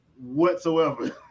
whatsoever